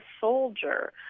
soldier